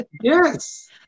Yes